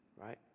right